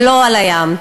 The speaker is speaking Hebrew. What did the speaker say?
ולא על הים.